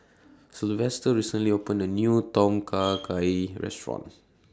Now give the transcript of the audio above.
Sylvester recently opened A New Tom Kha Gai Restaurant